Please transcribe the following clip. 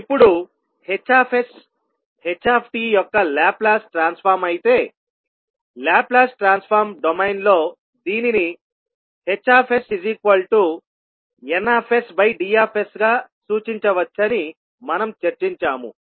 ఇప్పుడు Hs ht యొక్క Laplace transform అయితే లాప్లాస్ ట్రాన్స్ఫార్మ్ డొమైన్లో దీనిని HsNsDs గా సూచించవచ్చని మనం చర్చించాము